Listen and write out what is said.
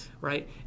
Right